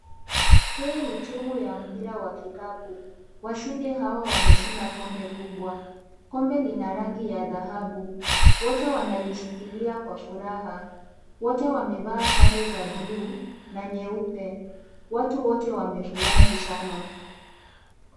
Hii ni timu ya mpira wa kikapu, washindi hawa wameshinda kombe kubwa, kombe lina rangi ya dhahabu, wote wanalishikilia kwa furaha, wote wamevaa sare za bulu na nyeupe, watu wote wamefurahi sana.